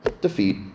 Defeat